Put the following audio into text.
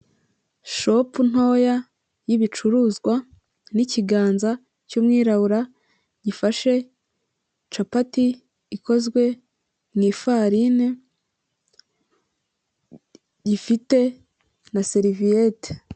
Shopu ntoya y'ibicuruzwa n'ikiganza cy'umwirabura gifashe capati ikozwe ni ifarine, gifite na serivieti.